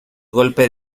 golpe